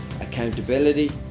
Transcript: accountability